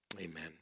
Amen